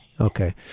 Okay